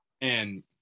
And-